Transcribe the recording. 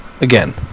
Again